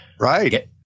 Right